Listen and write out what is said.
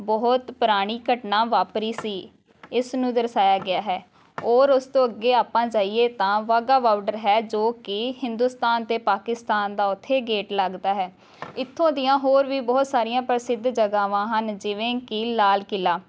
ਬਹੁਤ ਪੁਰਾਣੀ ਘਟਨਾ ਵਾਪਰੀ ਸੀ ਇਸ ਨੂੰ ਦਰਸਾਇਆ ਗਿਆ ਹੈ ਔਰ ਉਸ ਤੋਂ ਅੱਗੇ ਆਪਾ ਜਾਈਏ ਤਾਂ ਬਾਘਾ ਬਾਡਰ ਹੈ ਜੋ ਕਿ ਹਿੰਦੁਸਤਾਨ ਅਤੇ ਪਾਕਿਸਤਾਨ ਦਾ ਉੱਥੇ ਗੇਟ ਲੱਗਦਾ ਹੈ ਇੱਥੋਂ ਦੀਆਂ ਹੋਰ ਵੀ ਬਹੁਤ ਸਾਰੀਆਂ ਪ੍ਰਸਿੱਧ ਜਗ੍ਹਾਵਾਂ ਹਨ ਜਿਵੇਂ ਕਿ ਲਾਲ ਕਿਲ੍ਹਾ